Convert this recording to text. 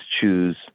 choose